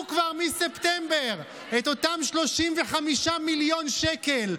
כבר מספטמבר את אותם 35 מיליון שקל.